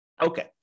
Okay